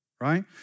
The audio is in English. right